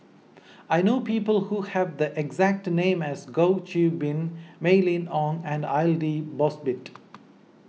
I know people who have the exact name as Goh Qiu Bin Mylene Ong and Aidli Mosbit